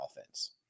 offense